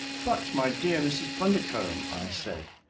but, my dear mrs. bundercombe, i said,